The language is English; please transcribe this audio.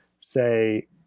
say